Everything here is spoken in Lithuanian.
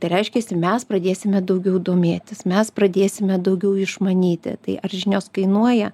tai reiškiasi mes pradėsime daugiau domėtis mes pradėsime daugiau išmanyti tai ar žinios kainuoja